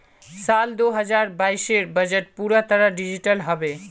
साल दो हजार बाइसेर बजट पूरा तरह डिजिटल हबे